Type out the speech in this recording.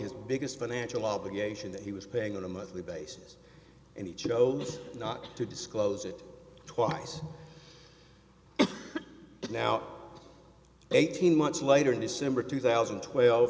his biggest financial obligation that he was paying on a monthly basis and he chose not to disclose it twice now eighteen months later in december two thousand and twelve